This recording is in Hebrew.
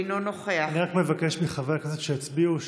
אינו נוכח אני רק מבקש מחברי הכנסת שהצביעו,